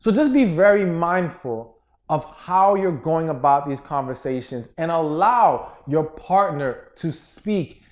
so just be very mindful of how you're going about these conversations and allow your partner to speak,